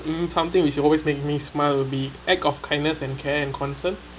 mm something which would always make me smile will be act of kindness and care and concern